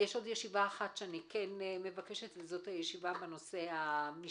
יש עוד ישיבה אחת שאני מבקשת, וזה בנושא המשפטי.